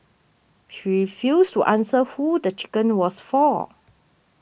she refused to answer who the chicken was for